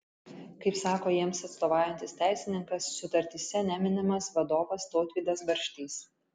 kaip sako jiems atstovaujantis teisininkas sutartyse neminimas vadovas tautvydas barštys